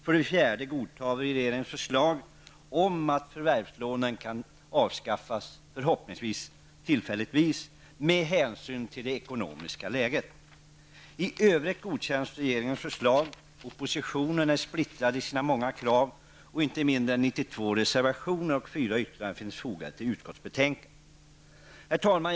För det fjärde godtar vi regeringens förslag om att förvärvslånen, förhoppningsvis tillfälligt, avskaffas med hänsyn till det ekonomiska läget. I övrigt godkänns regeringens förslag. Oppositionen är splittrad i sina många krav, och inte mindre än 92 reservationer och 4 särskilda yttranden finns fogade till utskottsbetänkandet. Herr talman!